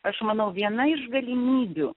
aš manau viena iš galimybių